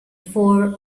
four